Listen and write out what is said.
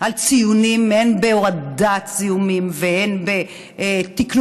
על פי ציונים הן בהורדת זיהומים והן בתקנון